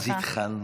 אז התחלנו.